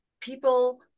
people